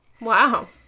Wow